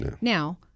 now